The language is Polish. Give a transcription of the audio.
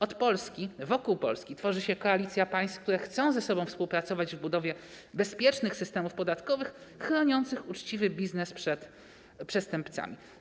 Od Polski, wokół Polski tworzy się koalicja państw, które chcą ze sobą współpracować w budowie bezpiecznych systemów podatkowych, chroniących uczciwy biznes przed przestępcami.